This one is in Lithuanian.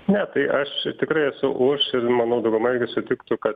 ne tai aš tikrai esu už ir manau dauguma sutiktų kad